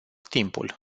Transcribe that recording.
timpul